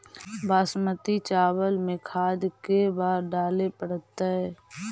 बासमती चावल में खाद के बार डाले पड़तै?